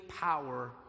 power